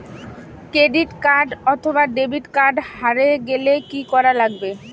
Credit card অথবা debit card হারে গেলে কি করা লাগবে?